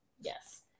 yes